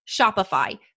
Shopify